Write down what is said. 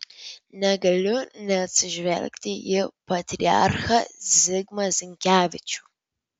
negaliu neatsižvelgti į patriarchą zigmą zinkevičių